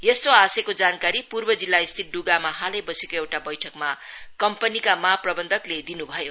यस्तो आश्यको जानकारी पूर्व जिल्लास्थित ड्गामा हालै बसेको एउटा बैठ्कमा कम्पनीका महाप्रबन्धकले दिन् भयो